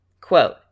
quote